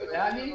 פיננסי בריאלי.